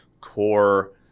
core